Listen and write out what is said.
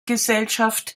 gesellschaft